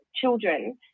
children